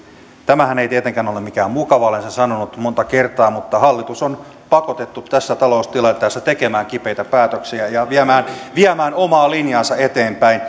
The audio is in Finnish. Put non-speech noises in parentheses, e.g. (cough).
tämähän ei tietenkään ole mikään mukava asia olen sen sanonut monta kertaa mutta hallitus on pakotettu tässä taloustilanteessa tekemään kipeitä päätöksiä ja viemään viemään omaa linjaansa eteenpäin (unintelligible)